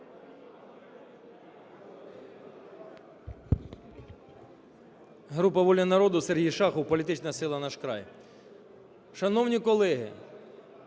Група "Воля народу", Сергій Шахов, політична сила "Наш край". Шановні колеги,